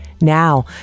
now